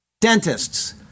Dentists